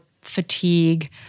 fatigue